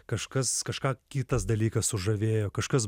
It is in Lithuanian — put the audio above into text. kažkas kažką kitas dalykas sužavėjo kažkas